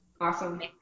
awesome